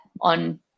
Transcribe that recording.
on